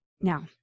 Now